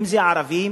אם ערבים,